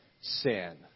sin